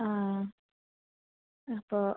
ആ അപ്പോൾ